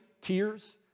tears